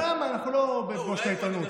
גם השעה מאוחרת וגם אנחנו לא ב"פגוש את העיתונות".